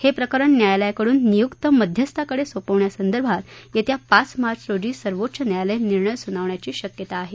हे प्रकरण न्यायालयाकडून नियुक्त मध्यस्थाकडे सोपवण्यासंदर्भात येत्या पाच मार्च रोजी सर्वोच्च न्यायालय निर्णय देण्याची शक्यता आहे